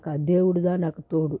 నాకు దేవుడు దా నాకు తోడు